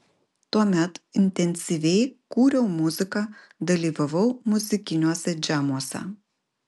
tuomet intensyviai kūriau muziką dalyvavau muzikiniuose džemuose